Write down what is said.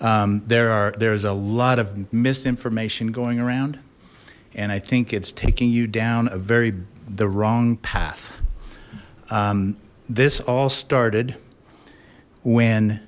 there are there's a lot of misinformation going around and i think it's taking you down a very the wrong path this all started when